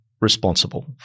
responsible